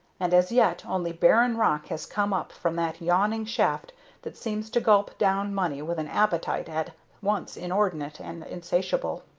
and as yet only barren rock has come up from that yawning shaft that seems to gulp down money with an appetite at once inordinate and insatiable.